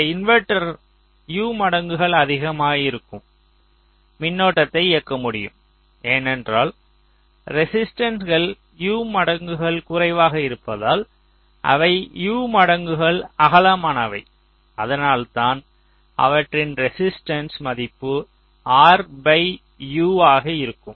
இந்த inverter U மடங்குகள் அதிகமாக இருக்கும் மின்னோட்டத்தை இயக்க முடியும் ஏனென்றால் ரெசிஸ்டன்ஸ்கள் U மடங்குகள் குறைவாக இருப்பதால் அவை U மடங்குகள் அகலமானவை அதனால் தான் அவற்றின் ரெசிஸ்டன்ஸ் மதிப்பு R U ஆக இருக்கும்